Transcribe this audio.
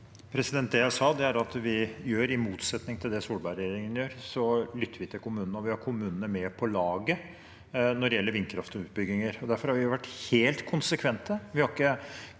i motsetning til det Solberg-regjeringen gjorde, lytter vi til kommunene og vil ha kommunene med på laget når det gjelder vindkraftutbygginger. Derfor har vi vært helt konsekvente: